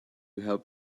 help